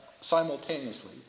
simultaneously